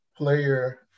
player